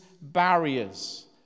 barriers